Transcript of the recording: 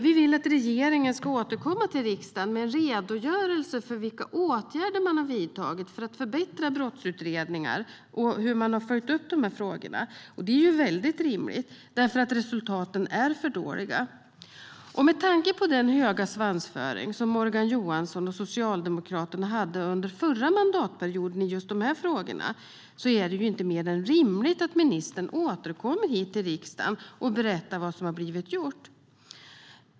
Vi vill att regeringen ska återkomma till riksdagen med en redogörelse för vilka åtgärder man har vidtagit för att förbättra brottsutredningar och hur man har följt de frågorna. Det är rimligt. Resultaten är nämligen för dåliga. Med tanke på den höga svansföring som Morgan Johansson och Socialdemokraterna hade under förra mandatperioden i just de frågorna är det inte mer än rimligt att ministern återkommer hit till riksdagen och berättar vad som har gjorts.